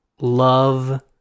love